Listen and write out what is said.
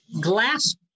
glass